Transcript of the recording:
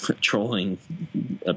trolling